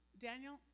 Daniel